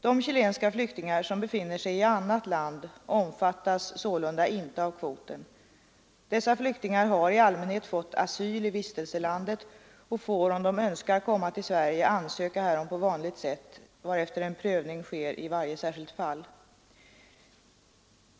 De chilenska flyktingar som befinner sig i annat land omfattas sålunda inte av kvoten. Dessa flyktingar har i allmänhet fått asyl i vistelselandet och får, om de önskar komma till Sverige, ansöka härom på vanligt sätt, varefter en prövning sker i varje särskilt fall.